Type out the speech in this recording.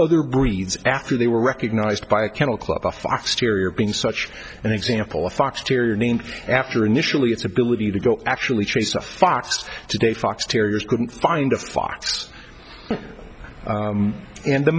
other breeds after they were recognized by a kennel club a fox terrier being such an example a fox terrier named after initially its ability to go actually chase a fox today fox terriers couldn't find a fox and the